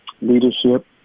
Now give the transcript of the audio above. leadership